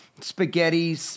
spaghetti